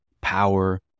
power